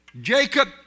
Jacob